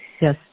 Yes